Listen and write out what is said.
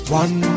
one